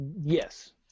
Yes